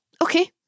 okay